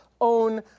own